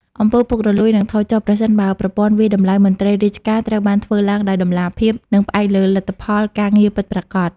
អំពើពុករលួយ នឹងថយចុះ ប្រសិនបើប្រព័ន្ធវាយតម្លៃមន្ត្រីរាជការត្រូវបានធ្វើឡើងដោយតម្លាភាព និងផ្អែកលើលទ្ធផលការងារពិតប្រាកដ។